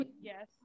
yes